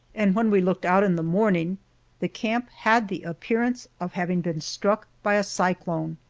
and when we looked out in the morning the camp had the appearance of having been struck by a cyclone!